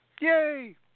Yay